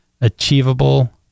achievable